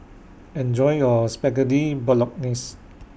Enjoy your Spaghetti Bolognese